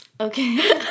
okay